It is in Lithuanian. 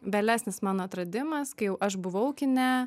vėlesnis mano atradimas kai jau aš buvau kine